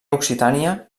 occitània